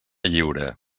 lliure